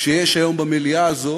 שיש היום במליאה הזאת